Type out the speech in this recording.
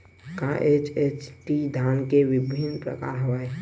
का एच.एम.टी धान के विभिन्र प्रकार हवय?